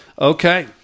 Okay